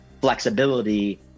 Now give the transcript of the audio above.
flexibility